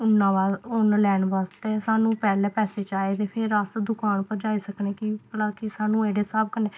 उन्ना बाद उन्न लैने बास्तै सानूं पैह्लें पैसे चाहिदे फिर अस दकान पर जाई सकने कि भला कि सानूं एह्कड़े स्हाब कन्नै